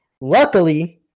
luckily